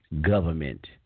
government